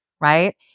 right